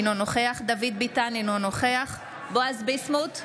אינו נוכח דוד ביטן, אינו נוכח בועז ביסמוט,